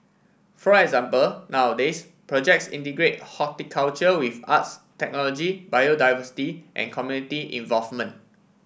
for example nowadays projects integrate horticulture with arts technology biodiversity and community involvement